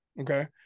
okay